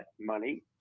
money